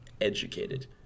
educated